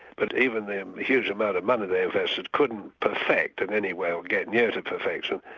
but even the huge amount of money they invested couldn't perfect in any way, or get near to perfection,